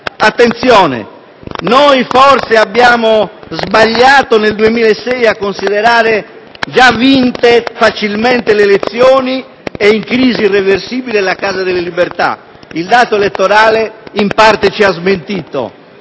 Attenzione: noi forse abbiamo sbagliato nel 2006 a considerare già vinte facilmente le elezioni e in crisi irreversibile la Casa delle libertà; il dato elettorale in parte ci ha smentito,